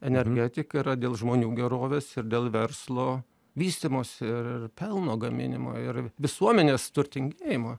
energetika yra dėl žmonių gerovės ir dėl verslo vystymosi ir pelno gaminimo ir visuomenės turtingėjimo